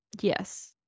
Yes